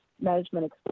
management